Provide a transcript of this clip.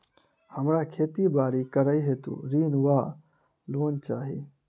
हमरा खेती बाड़ी करै हेतु ऋण वा लोन चाहि?